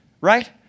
right